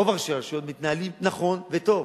רוב ראשי הרשויות מתנהלים נכון וטוב,